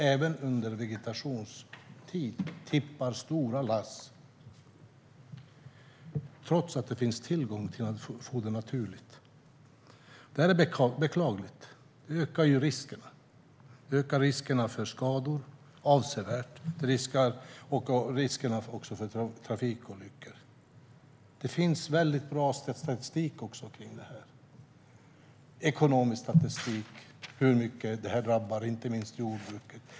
Även under vegetationstiden tippar man stora lass, trots att det finns tillgång till foder naturligt. Det är beklagligt. Det ökar riskerna för skador avsevärt, och det ökar också riskerna för trafikolyckor. Det finns bra statistik för detta, ekonomisk statistik för hur mycket detta drabbar inte minst jordbruket.